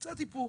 קצת איפוק.